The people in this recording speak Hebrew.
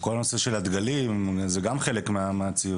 כל הנושא של הדגלים זה גם חלק מהציוד.